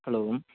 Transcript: hello